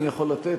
אני יכול לתת,